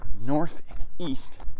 northeast